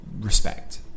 respect